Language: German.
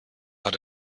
hat